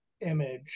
image